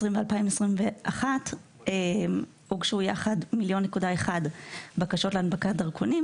ו-2021 הוגשו יחד 1.1 מיליון בקשות להנפקת דרכונים,